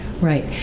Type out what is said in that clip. right